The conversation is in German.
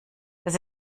das